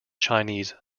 chinese